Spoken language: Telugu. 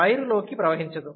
వైర్ లోకి ప్రవహించదు